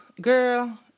girl